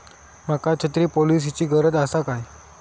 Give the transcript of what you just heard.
माका छत्री पॉलिसिची गरज आसा काय?